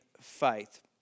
faith